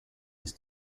his